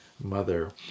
mother